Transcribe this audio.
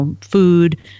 food